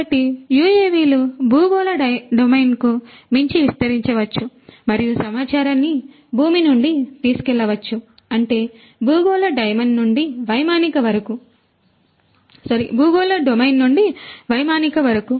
కాబట్టి యుఎవిలు భూగోళ డొమైన్కు మించి విస్తరించవచ్చు మరియు సమాచారాన్ని భూమి నుండి తీసుకువెళ్ళవచ్చు అంటే భూగోళ డొమైన్ నుండి వైమానిక వరకు